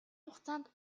хугацаанд